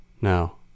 Now